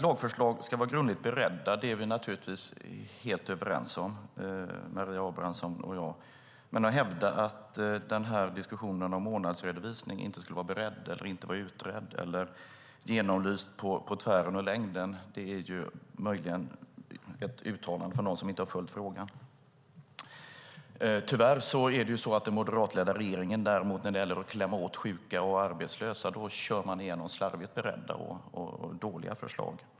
Maria Abrahamsson och jag är naturligtvis helt överens om att lagförslag ska vara grundligt beredda. Men att hävda att frågan om månadsredovisning inte skulle vara utredd, beredd eller genomlyst på längden och tvären är ett uttalande från den som inte har följt frågan. Tyvärr är det så att när det gäller att klämma till sjuka och arbetslösa driver den moderatledda regeringen igenom slarvigt beredda och dåliga förslag.